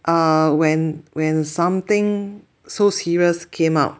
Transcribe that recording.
uh when when something so serious came out